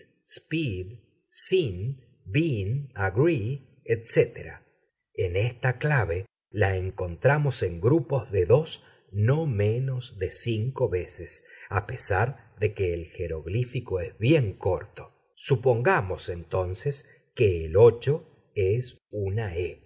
been agree etc en esta clave la encontramos en grupos de dos no menos de cinco veces a pesar de que el jeroglífico es bien corto supongamos entonces que el es una